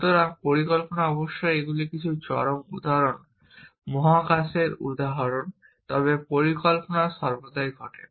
সুতরাং পরিকল্পনা অবশ্যই এগুলি কিছু চরম উদাহরণ মহাকাশের উদাহরণ তবে পরিকল্পনা সর্বদাই ঘটে